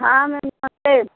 हाँ मैम नमस्ते